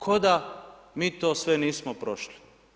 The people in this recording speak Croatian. Ko da mi to sve nismo prošli.